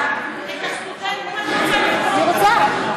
את הסטודנטים את רוצה לפטור?